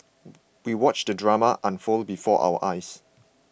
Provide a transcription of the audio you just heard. we watched the drama unfold before our eyes